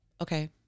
Okay